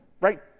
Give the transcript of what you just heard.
right